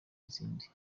izindi